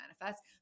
manifest